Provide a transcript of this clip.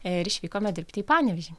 ir išvykome dirbti į panevėžį